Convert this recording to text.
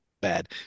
bad